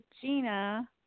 Gina